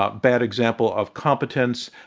ah bad example of competence,